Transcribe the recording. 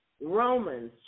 Romans